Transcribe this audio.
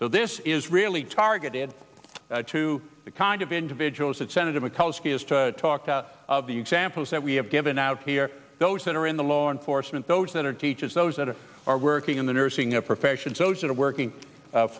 so this is really targeted to the kind of individuals that senator mikulski is to talk to the examples that we have given out here those that are in the law enforcement those that are teachers those that are working in the nursing profession so short of working